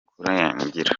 kurangira